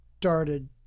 started